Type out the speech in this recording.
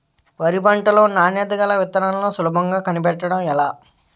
వరి పంట లో నాణ్యత గల విత్తనాలను సులభంగా కనిపెట్టడం ఎలా?